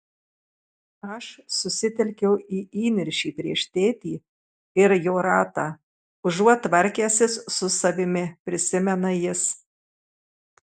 aš susitelkiau į įniršį prieš tėtį ir jo ratą užuot tvarkęsis su savimi prisimena jis